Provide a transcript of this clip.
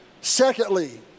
Secondly